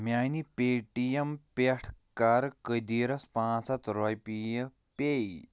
میانہِ Paytm پٮ۪ٹھ کَر قٔدیٖرس پانٛژھ ہَتھ رۄپیہِ پے